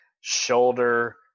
shoulder